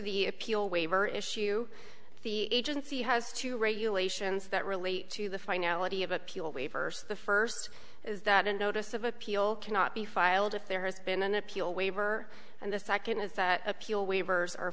the appeal waiver issue the agency has two regulations that relate to the finality of appeal waivers the first is that a notice of appeal cannot be filed if there has been an appeal waiver and the second is that appeal waivers